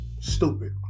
Stupid